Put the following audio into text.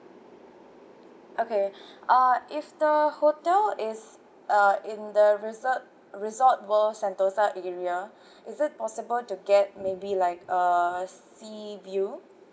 okay uh if the hotel is uh in the resort resort world sentosa area is it possible to get maybe like uh sea view